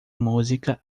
música